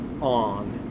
on